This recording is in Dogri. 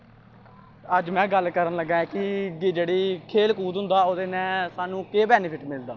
अज्ज में गल्ल करन लग्गा ऐं कि जेह्ड़ी खेल कूद होंदा ओह्दै ने सानूं केह् बैनिफिट मिलदा